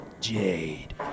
Jade